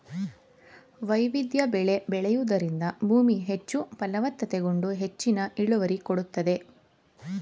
ವೈವಿಧ್ಯ ಬೆಳೆ ಬೆಳೆಯೂದರಿಂದ ಭೂಮಿ ಹೆಚ್ಚು ಫಲವತ್ತತೆಗೊಂಡು ಹೆಚ್ಚಿನ ಇಳುವರಿ ಕೊಡುತ್ತದೆ